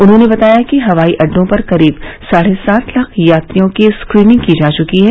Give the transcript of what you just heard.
उन्होंने बताया कि हवाई अड्डो पर करीब साढे सात लाख यात्रियों की स्क्रीनिंग की जा चुकी है